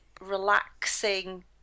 relaxing